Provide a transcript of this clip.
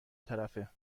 طرفه